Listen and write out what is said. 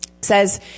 says